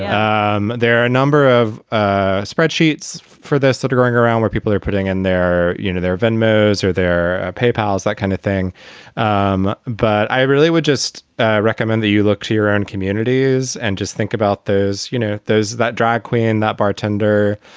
um there are a number of ah spreadsheets for this study sort of going around where people are putting in their, you know, their van moes or their pay piles, that kind of thing um but i really would just recommend that you look to your own communities and just think about those, you know, those that drag queen, that bartender,